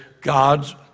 God's